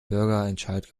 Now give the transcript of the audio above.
bürgerentscheid